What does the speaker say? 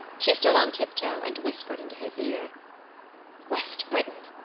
she stood on tiptoe and whispered into his ear west briton!